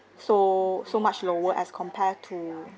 so so much lower as compared to